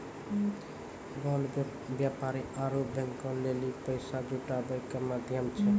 bond व्यापारी आरु बैंको लेली पैसा जुटाबै के माध्यम छै